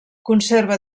conserva